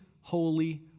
holy